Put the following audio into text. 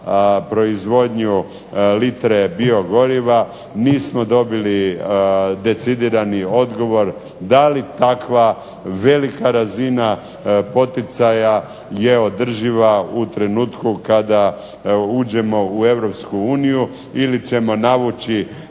proizvodnju litre biogoriva, nismo dobili decidirani odgovor da li takva velika razina poticaja je održiva u trenutku kada uđemo u Europsku uniju, ili ćemo navući